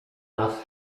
nas